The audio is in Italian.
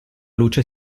luce